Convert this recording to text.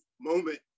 Moment